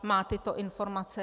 Má tyto informace.